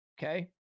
Okay